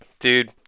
dude